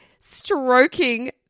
stroking